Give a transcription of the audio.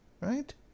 right